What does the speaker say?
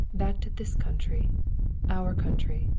back to this country our country.